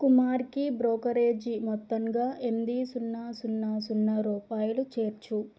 కుమార్కి బ్రోకరేజ్ మొత్తంగా ఎనిమిది సున్నా సున్నా సున్నా రూపాయలు చేర్చు